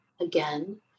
again